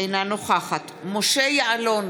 אינה נוכחת משה יעלון,